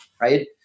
Right